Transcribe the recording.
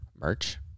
merch